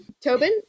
tobin